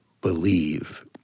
believe